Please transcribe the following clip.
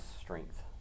strength